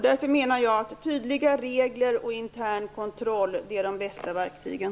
Därför menar jag att tydliga regler och intern kontroll är de bästa verktygen.